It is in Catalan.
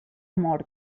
mort